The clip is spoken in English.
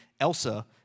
Elsa